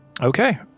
Okay